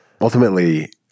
Ultimately